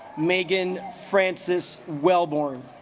megan francis wellborn